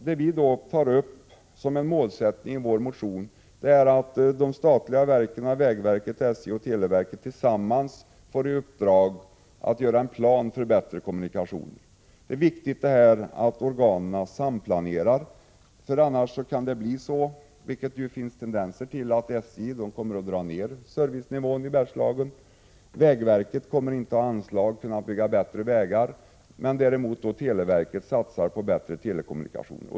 Vad vi anger som en målsättning i vår motion är att de statliga verken — vägverket, SJ och televerket — tillsammans får i uppdrag att göra en plan för bättre kommunikationer. Det är viktigt att dessa verk samplanerar. Annars kan det bli så — vilket det finns tendenser till — att SJ drar ner servicenivån i Bergslagen och att vägverket inte har anslag till att bygga bättre vägar, medan däremot televerket satsar på bättre telekommunikationer.